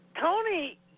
Tony